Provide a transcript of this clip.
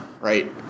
right